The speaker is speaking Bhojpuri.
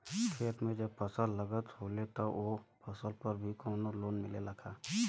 खेत में जब फसल लगल होले तब ओ फसल पर भी कौनो लोन मिलेला का?